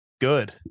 good